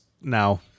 now